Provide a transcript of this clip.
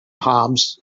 hobs